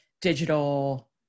digital